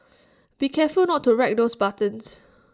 be careful not to wreck those buttons